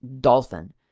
dolphin